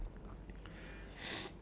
just planning lah